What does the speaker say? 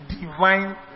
divine